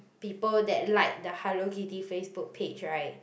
people that like the Hello-Kitty Facebook page right